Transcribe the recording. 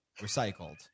recycled